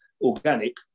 organic